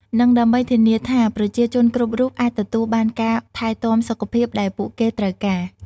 និងដើម្បីធានាថាប្រជាជនគ្រប់រូបអាចទទួលបានការថែទាំសុខភាពដែលពួកគេត្រូវការ។